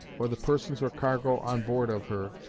or the persons or cargo on board of her,